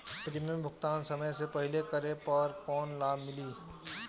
Premium भुगतान समय से पहिले करे पर कौनो लाभ मिली?